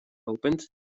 opened